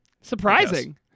surprising